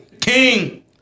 King